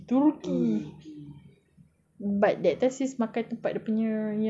but that time sis makan tempat dia punya yang dekat shrek punya tempat eh